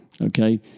okay